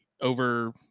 over